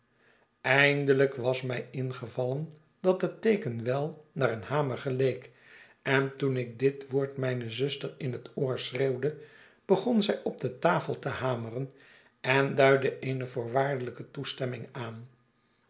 eindelijk was mij ingevallen dathetteeken wel naar een hamer geleek en toen ik dit woord mijne zuster in het oor schreeuwde begon zij op tafel te hameren en duidde eene voorwaardelijke toestemming aan